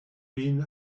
been